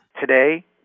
Today